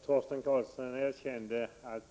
Herr talman! Torsten Karlsson erkände att